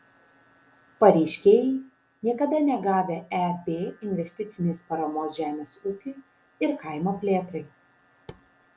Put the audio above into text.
pareiškėjai niekada negavę eb investicinės paramos žemės ūkiui ir kaimo plėtrai